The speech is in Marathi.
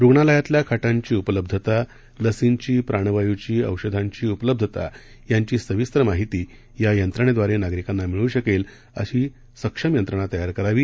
रुग्णालयातल्या खाटांची उपलब्धता लसींची प्राणवायूची औषधांची उपलब्धता यांची सविस्तर माहिती या यंत्रणेद्वारे नागरिकांना मिळू शकेल अशी सक्षम यंत्रणा तयार करावी